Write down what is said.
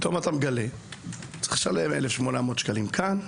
פתאום אתה מגלה שצריך לשלם 1,800 שקלים כאן,